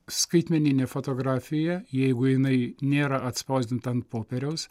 skaitmeninė fotografija jeigu jinai nėra atspausdinta ant popieriaus